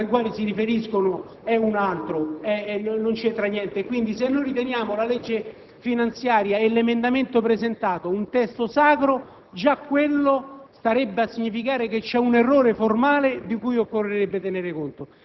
Tra l'altro, c'è anche un errore formale perché l'emendamento al quale ci si riferisce è un altro, non c'entra niente. Quindi, se noi riteniamo la legge finanziaria e l'emendamento presentato un testo sacro, già quello